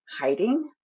hiding